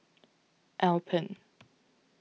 Alpen